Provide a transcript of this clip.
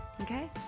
Okay